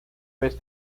vez